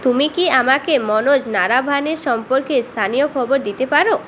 তুমি কি আমাকে মনোজ নারাভানে সম্পর্কে স্থানীয় খবর দিতে পারো